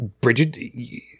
Bridget